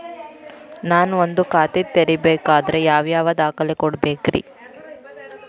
ನಾನ ಒಂದ್ ಖಾತೆ ತೆರಿಬೇಕಾದ್ರೆ ಯಾವ್ಯಾವ ದಾಖಲೆ ಕೊಡ್ಬೇಕ್ರಿ?